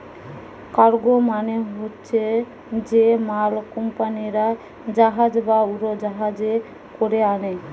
cargo মানে হচ্ছে যে মাল কুম্পানিরা জাহাজ বা উড়োজাহাজে কোরে আনে